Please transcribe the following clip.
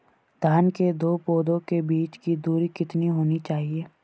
धान के दो पौधों के बीच की दूरी कितनी होनी चाहिए?